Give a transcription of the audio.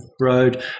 road